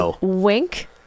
wink